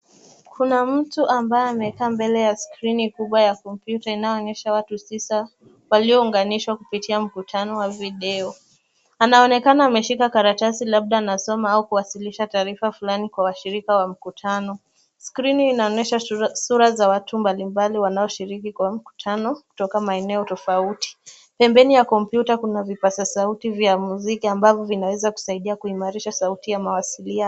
Kuna mtu ambaye amekaa mbele ya skrini kubwa ya kompyuta inayo onyesha watu tisa waliyo unganishwa kupitia mkutano wa video. Anaonekana ameshika karatasi labda anasoma au kuwasilisha taarifa flani kwa washirika wa mkutano. Skrini inaonyesha sura za watu mbalimbali wanao shiriki kwa mkutano kutoka maeneo tofauti. Pembeni ya kompyuta kuna vipasa sauti vya muziki ambavyo vinaweza kuwasaidia kuimarisha sauti ya mawasiliano.